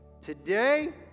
Today